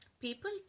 People